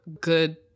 good